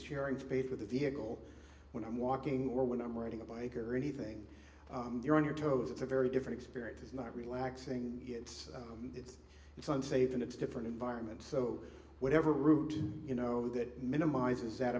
sharing space with a vehicle when i'm walking or when i'm riding a bike or anything you're on your toes it's a very different experience is not relaxing it's it's it's unsafe and it's a different environment so whatever route you know that minimizes that